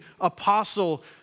apostle